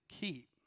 keep